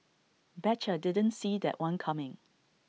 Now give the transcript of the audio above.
betcha didn't see that one coming